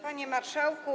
Panie Marszałku!